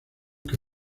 que